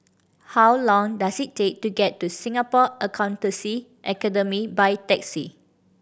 how long does it take to get to Singapore Accountancy Academy by taxi